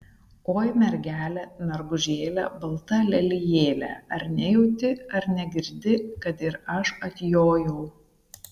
oi mergele mergužėle balta lelijėle ar nejauti ar negirdi kad ir aš atjojau